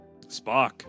Spock